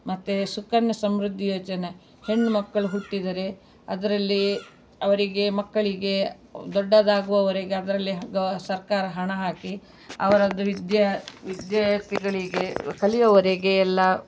ಮತ್ತು ಸುಕನ್ಯಾ ಸಮೃದ್ಧಿ ಯೋಜನೆ ಹೆಣ್ಮಕ್ಕಳು ಹುಟ್ಟಿದರೆ ಅದರಲ್ಲಿ ಅವರಿಗೆ ಮಕ್ಕಳಿಗೆ ದೊಡ್ಡದಾಗುವವರೆಗೆ ಅದರಲ್ಲಿ ಸರ್ಕಾರ ಹಣ ಹಾಕಿ ಅವರದ್ದು ವಿದ್ಯೆ ವಿದ್ಯಾರ್ಥಿಗಳಿಗೆ ಕಲಿಯೋವರೆಗೆ ಎಲ್ಲ